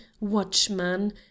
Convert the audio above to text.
watchman